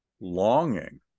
longing